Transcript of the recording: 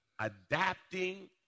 adapting